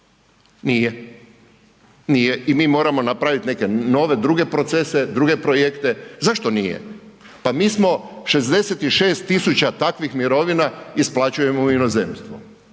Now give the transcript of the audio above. nije i mi moramo napraviti neke nove, druge procese, druge projekte. Zašto nije? Pa mi smo 66.000 takvih mirovina isplaćujemo u inozemstvo.